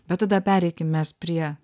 bet tada pereikim mes prie